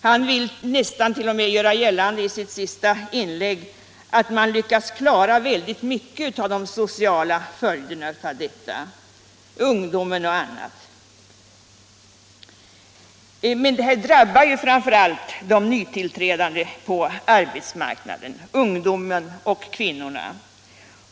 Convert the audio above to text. Han vill t.o.m. i sitt senaste inlägg nästan göra gällande att man lyckats klara väldigt mycket av de sociala följderna av den naturliga avgången. Här drabbas framför allt de nytillträdande på arbetsmarknaden. Ungdomen och kvinnorna.